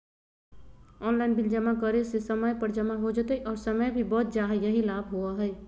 Online bill जमा करे से समय पर जमा हो जतई और समय भी बच जाहई यही लाभ होहई?